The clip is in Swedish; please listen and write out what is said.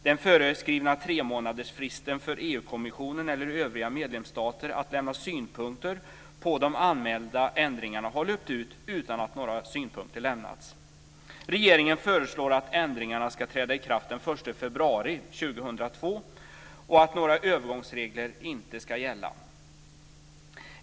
Den föreskrivna tremånadersfristen för EU-kommissionen eller övriga medlemsstater att lämna synpunkter på de anmälda ändringarna har löpt ut utan att några synpunkter lämnats. Regeringen föreslår att ändringarna ska träda i kraft den 1 februari 2002 och att några övergångsregler inte ska gälla.